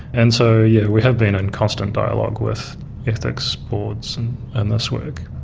and so yeah we have been in constant dialogue with ethics boards in this work.